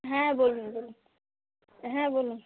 হ্যাঁ বলুন বলুন হ্যাঁ বলুন